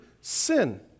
sin